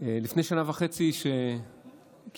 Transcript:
לפני שנה וחצי, כשנבחרת